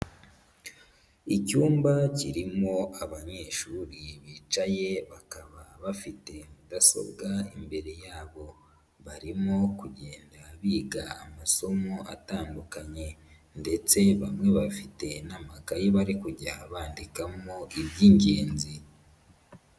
Icyumba kirimo abanyeshuri bicaye, bakaba bafite mudasobwa imbere yabo. Barimo kugenda biga amasomo atandukanye ndetse bamwe bafite n'amakayi bari kujya bandikamo iby'ingenzi.